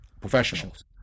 professionals